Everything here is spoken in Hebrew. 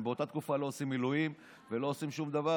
הם באותה תקופה לא עושים מילואים ולא עושים שום דבר.